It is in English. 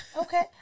Okay